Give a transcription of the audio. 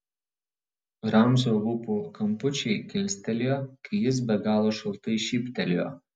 ramzio lūpų kampučiai kilstelėjo kai jis be galo šaltai šyptelėjo